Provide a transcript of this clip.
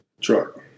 Truck